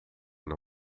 não